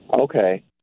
Okay